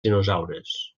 dinosaures